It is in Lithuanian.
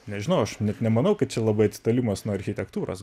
nežinau aš net nemanau kad čia labai atitolimas nuo architektūros